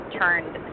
turned